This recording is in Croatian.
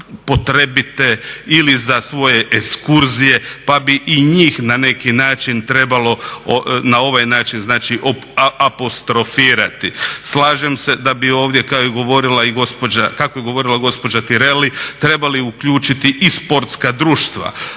potrebite ili za svoje ekskurzije pa bi i njih na neki način trebalo na ovaj način znači apostrofirati. Slažem se da bi ovdje, kao što je govorila i gospođa Tireli, trebali uključiti i sportska društva.